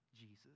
Jesus